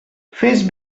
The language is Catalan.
fes